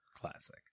Classic